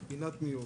פינת מיון